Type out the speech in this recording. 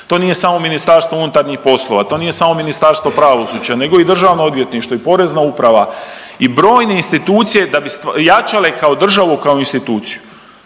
to nije samo MUP, to nije samo Ministarstvo pravosuđa nego i Državno odvjetništvo i Porezna uprava i brojne institucije da bi jačale kao državu kao instituciju.